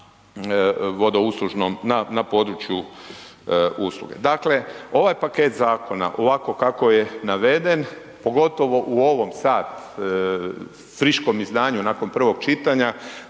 na području usluge. Dakle, ovaj paket zakona ovako kako je naveden pogotovo u ovom sad friškom izdanju nakon prvog čitanja